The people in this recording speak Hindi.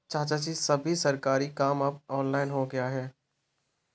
चाचाजी, सभी सरकारी काम अब ऑनलाइन हो गया है